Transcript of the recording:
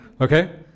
Okay